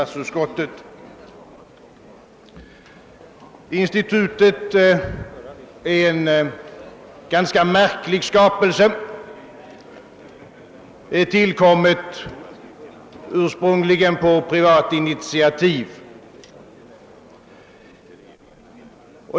Detta institut är en ganska märklig skapelse. Det tillkom ursprungligen på privat initiativ.